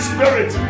Spirit